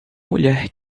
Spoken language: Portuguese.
mulher